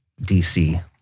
DC